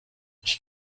ich